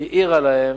העירה להם,